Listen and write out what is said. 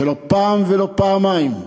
שלא פעם ולא פעמיים,